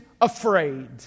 afraid